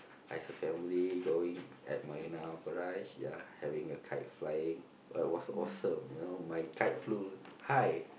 as a family going at Marina-Barrage ya having a kite flying it was awesome you know my kite flew high